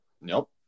Nope